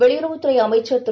வெளியுறவுத் துறைஅமைச்சர் திரு